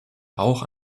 auch